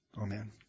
Amen